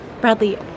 Bradley